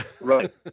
Right